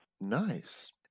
Nice